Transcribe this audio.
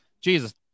Jesus